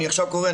אני עכשיו קורא,